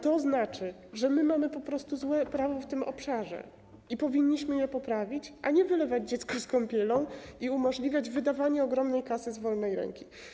To znaczy, że my mamy po prostu złe prawo w tym obszarze i powinniśmy je poprawić, a nie wylewać dziecko z kąpielą i umożliwiać wydawanie ogromnej kasy z wolnej ręki.